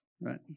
right